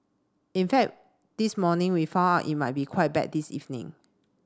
in fact this morning we found out it might be quite bad this evening